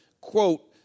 quote